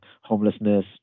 homelessness